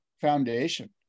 foundation